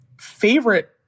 favorite